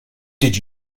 did